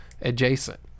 adjacent